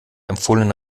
empfohlene